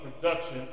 production